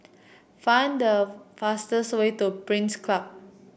find the fastest way to Pines Club